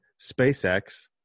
SpaceX